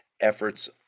efforts